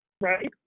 right